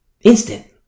Instant